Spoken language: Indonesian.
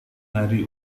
hari